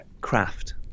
craft